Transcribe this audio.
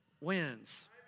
wins